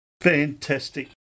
Fantastic